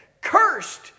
cursed